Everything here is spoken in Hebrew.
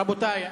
רבותי,